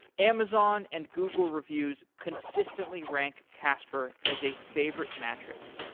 amazon and google reviews consistently rank casper as a favorite mattress,